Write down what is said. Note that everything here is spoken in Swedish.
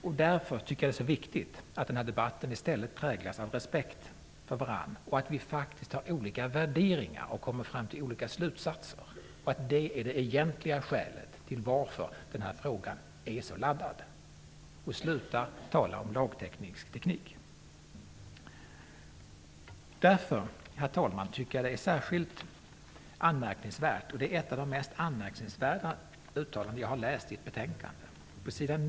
Det är därför som jag tycker att det är så viktigt att den här debatten präglas av respekt för varandra och för att vi faktiskt har olika värderingar och kommer fram till olika slutsatser. Det är det egentliga skälet till varför den här frågan är så laddad. Sluta att tala om lagstiftningsteknik! Herr talman! Jag tycker att det utskottet säger är särskilt anmärkningsvärt. Det är ett av de mest anmärkningsvärda uttalanden jag har läst i ett betänkande.